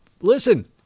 listen